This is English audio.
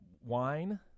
wine